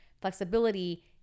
flexibility